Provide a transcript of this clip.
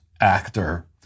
actor